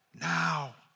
now